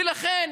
ולכן,